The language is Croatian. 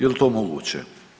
Jel' to moguće?